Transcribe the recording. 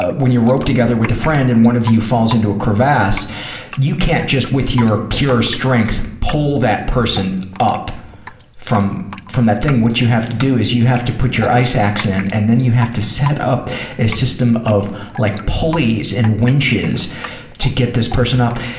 when you're roped together with a friend and one of you falls into a crevasse, you can't just with your pure strength pull that person up from from that thing. what you have to do is you have to put your ice axe in and then you have to set up a system of like pulleys and winches to get this person up.